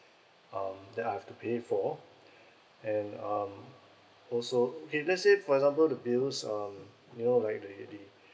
um that I would have to pay for and um also if let's say for example the bills um you know like the the